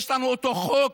יש לנו אותו חוק,